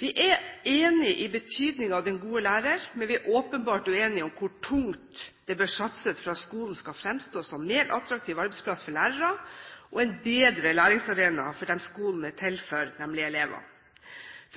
Vi er enige i betydningen av den gode lærer, men vi er åpenbart uenige om hvor tungt det bør satses for at skolen skal fremstå som en mer attraktiv arbeidsplass for lærerne og en bedre læringsarena for dem skolen er til for, nemlig elevene.